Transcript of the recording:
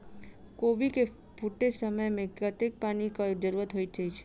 कोबी केँ फूटे समय मे कतेक पानि केँ जरूरत होइ छै?